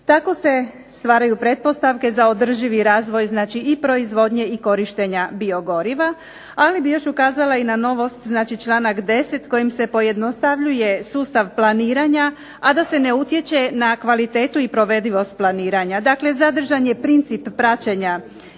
Tako se stvaraju pretpostavke za održivi razvoj, znači i proizvodnje i korištenja biogoriva, ali bi još ukazala i na novost, znači članak 10. kojim se pojednostavljuje sustav planiranja, a da se ne utječe na kvalitetu i provedivost planiranja. Dakle zadržan je princip praćenja